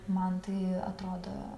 man tai atrodo